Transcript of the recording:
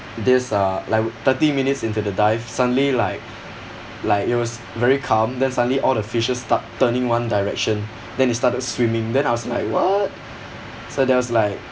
this uh like thirty minutes into the dive suddenly like like it was very calm then suddenly all the fishes start turning one direction then they started swimming then I was like what so there was like